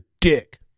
Dick